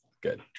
Good